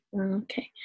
Okay